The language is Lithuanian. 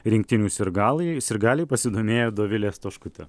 rinktinių sirgalai sirgaliai pasidomėjo dovilė stoškutė